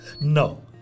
No